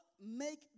Make